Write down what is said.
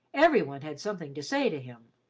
every one had something to say to him.